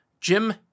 Jim